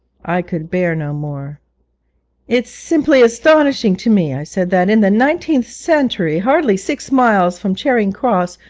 i could bear no more it's simply astonishing to me i said, that in the nineteenth century, hardly six miles from charing cross,